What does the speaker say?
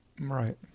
right